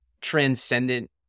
transcendent